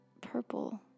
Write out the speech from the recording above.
purple